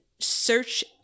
Search